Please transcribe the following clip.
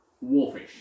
wolfish